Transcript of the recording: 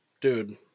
dude